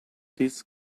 these